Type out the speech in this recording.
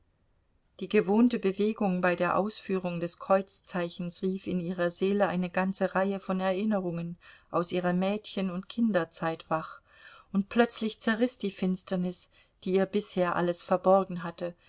die gewohnte bewegung bei der ausführung des kreuzzeichens rief in ihrer seele eine ganze reihe von erinnerungen aus ihrer mädchen und kinderzeit wach und plötzlich zerriß die finsternis die ihr bisher alles verborgen hatte